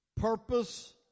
purpose